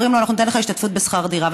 אומרים לו: אנחנו ניתן לך השתתפות בשכר דירה.